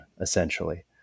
essentially